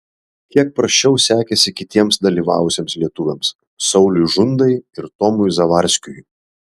kiek prasčiau sekėsi kitiems dalyvavusiems lietuviams sauliui žundai ir tomui zavarskiui